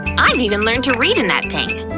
i even learned to read in that thing!